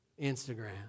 Instagram